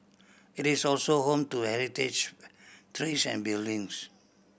it is also home to heritage trees and buildings